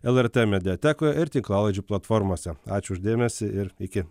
lrt mediatekoje ir tinklalaidžių platformose ačiū už dėmesį ir iki